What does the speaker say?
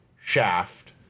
shaft